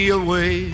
away